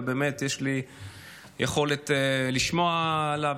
ובאמת יש לי יכולת לשמוע לה,